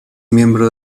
miembro